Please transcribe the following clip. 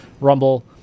Rumble